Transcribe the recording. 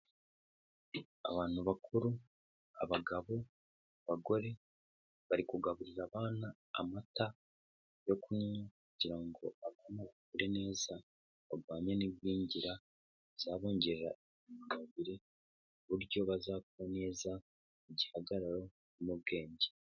Abantu bakuru abagabo, abagore bari kugaburira abana amata yo kunywa kugira ngo abana bakure neza barwanya igwingira, babongerera intungamubiri n'uburyo bazakura neza bafite igihagararo n'ubwenge.